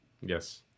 Yes